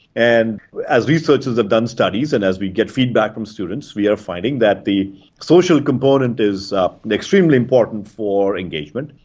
and as researchers have done studies and as we get feedback from students we are finding that the social component is extremely important for engagement,